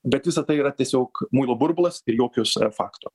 bet visa tai yra tiesiog muilo burbulas ir jokios fakto